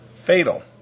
fatal